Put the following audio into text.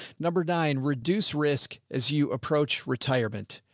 number nine, reduce risk as you approach retirement.